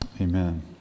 amen